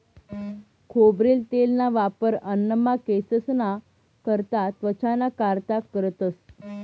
खोबरेल तेलना वापर अन्नमा, केंससना करता, त्वचाना कारता करतंस